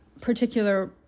particular